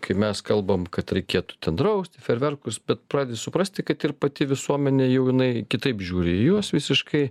kai mes kalbam kad reikėtų ten drausti fejerverkus bet pradedi suprasti kad ir pati visuomenė jau jinai kitaip žiūri į juos visiškai